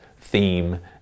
theme